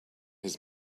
his